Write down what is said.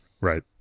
Right